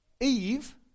Eve